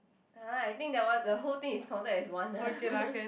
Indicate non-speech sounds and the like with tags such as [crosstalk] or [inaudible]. !huh! I think that one the whole thing is counted as one lah [laughs]